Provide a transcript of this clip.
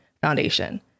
foundation